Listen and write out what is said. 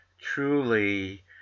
truly